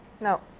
No